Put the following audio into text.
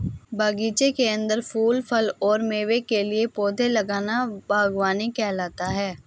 बगीचे के अंदर फूल, फल और मेवे के लिए पौधे लगाना बगवानी कहलाता है